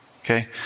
Okay